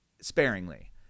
Sparingly